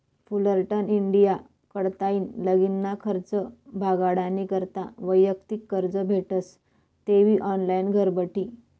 Fullerton India कडताईन लगीनना खर्च भागाडानी करता वैयक्तिक कर्ज भेटस तेबी ऑनलाईन घरबठी